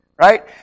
right